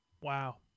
Wow